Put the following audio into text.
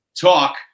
talk